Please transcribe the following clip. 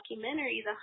documentary